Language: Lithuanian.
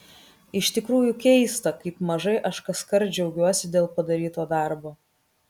iš tikrųjų keista kaip mažai aš kaskart džiaugiuosi dėl padaryto darbo